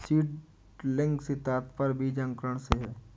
seedling से तात्पर्य बीज अंकुरण से है